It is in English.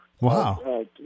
Wow